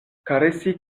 karesi